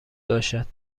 باشد